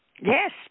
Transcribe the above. Yes